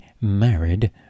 married